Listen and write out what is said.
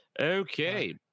okay